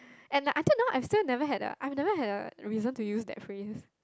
and like until now I still never had a I've never had a reason to use that phrase